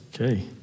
Okay